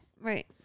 Right